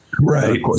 Right